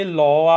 law